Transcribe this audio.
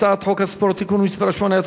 הצעת חוק הספורט (תיקון מס' 8),